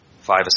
five